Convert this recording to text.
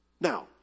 Now